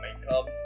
makeup